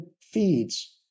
feeds